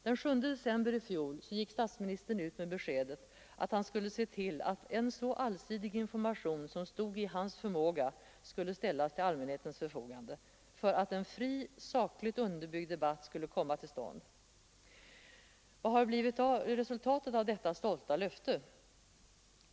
Den 7 december i fjol gick statsministern ut med beskedet att han skulle se till att en så allsidig information som stod i hans förmåga skulle ställas till allmänhetens förfogande för att en fri, sakligt underbyggd debatt skulle kunna komma till stånd. Vad har blivit resultatet av detta stolta löfte?